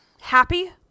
happy